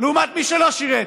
לעומת מי שלא שירת.